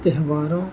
تہواروں